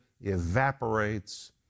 evaporates